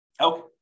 Okay